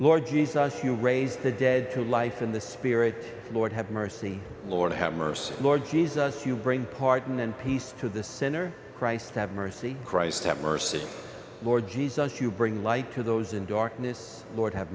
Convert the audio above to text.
lord jesus you raise the dead to life in the spirit lord have mercy lord have mercy lord jesus you bring pardon and peace to the center christ have mercy christ have mercy lord jesus you bring light to those in darkness lord have